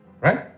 Right